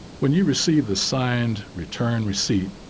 when you receive the signed return receipt,